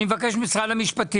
אני מבקש ממשרד המשפטים.